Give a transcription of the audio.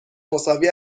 مساوی